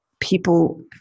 people